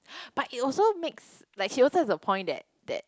but it makes like she also has a point that that